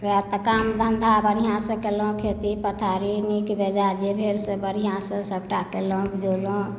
वएह तऽ काम धंधा बढ़िऑं सॅं केलहुॅं खेती पथारी नीक बेजाय जे भेल से बढ़िऑं सॅं सबटा केलहुॅं उपजेलहुॅं